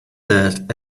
that